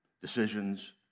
Decisions